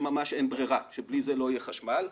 ממש אין ברירה ובלי זה לא יהיה חשמל.